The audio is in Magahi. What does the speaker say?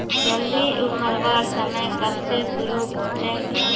हल्दी उखरवार समय कब से शुरू होचए?